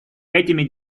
этими